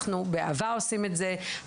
אנחנו באהבה עושים את זה,